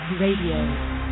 Radio